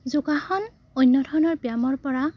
যোগাসন অন্য ধৰণৰ ব্যায়ামৰপৰা